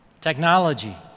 Technology